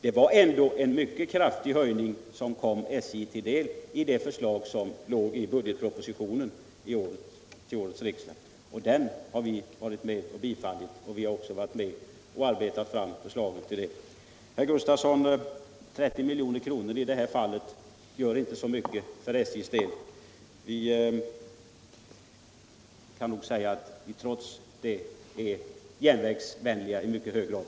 Det var ändå en mycket kraftig höjning som kom SJ till del i förslaget i budgetpropositionen till årets riksdag. Det har vi bifallit och vi har också varit med om att arbeta fram förslag Traflikpolitiken Trafikpolitiken beträffande användningen av dessa medel. Och vi kan nog säga att vi är järnvägsvänliga i mycket hög grad.